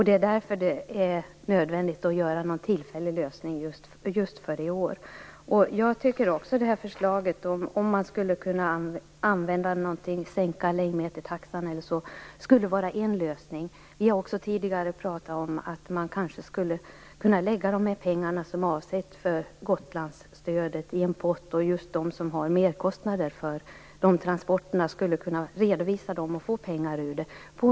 Det är därför det är nödvändigt med en tillfällig lösning just för i år. Jag tycker också att förslaget att sänka längdmetertaxan skulle kunna vara en lösning. Vi har tidigare pratat om att kanske lägga pengarna för Gotlandsstödet i en pott. Just de som har merkostnader för transporter skulle kunna redovisa dessa och få pengar ur potten.